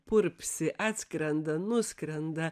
purpsi atskrenda nuskrenda